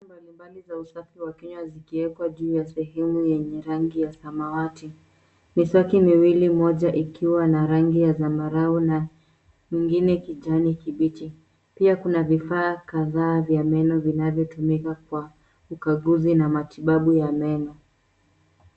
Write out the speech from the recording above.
Vifaa mbalimbali vya usafi wa kinywa vikiwekwa juu ya sehemu yenye rangi ya samawati. Miswaki miwili, moja ukiwa na rangi ya zambarau na mwingine kijani kibichi. Pia kuna vifaa vingine vya meno vinavyotumika kwa ukaguzi na matibabu ya meno.